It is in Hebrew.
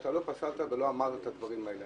שאתה לא פסלת ולא אמרת את הדברים האלה.